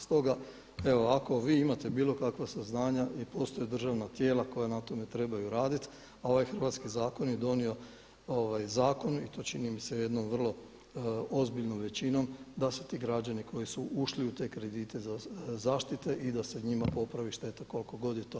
Stoga evo ako vi imate bilo kakva saznanja i postoje državna tijela koja na tome trebaju raditi, a ovaj hrvatski zakon je donio zakon i to čini mi se jednom vrlo ozbiljnom većinom da su ti građani koji su ušli u te kredite zaštite i da se njima popravi šteta koliko god je to moguće.